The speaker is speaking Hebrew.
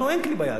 לנו אין כלי ביד.